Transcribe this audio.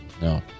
no